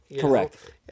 Correct